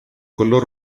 color